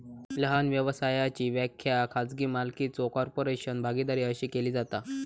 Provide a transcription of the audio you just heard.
लहान व्यवसायाची व्याख्या खाजगी मालकीचो कॉर्पोरेशन, भागीदारी अशी केली जाता